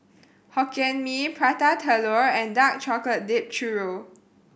Hokkien Mee Prata Telur and dark chocolate dipped churro